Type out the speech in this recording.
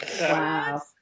Wow